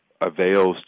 avails